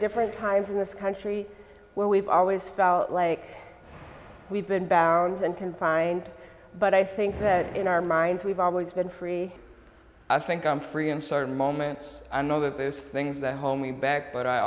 different times in this country where we've always felt like we've been bound and confined but i think that in our minds we've always been free i think i'm free i'm certain moments i know that those things that homey back but i